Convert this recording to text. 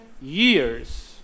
years